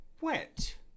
wet